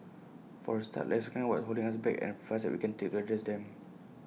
for A start let's recognise what's holding us back and the five steps we can take to address them